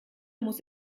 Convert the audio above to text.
muss